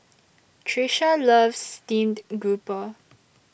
Trisha loves Steamed Grouper